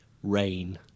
Rain